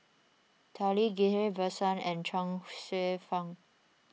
Tao Li Ghillie Basan and Chuang Hsueh Fang